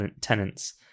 tenants